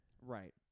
Right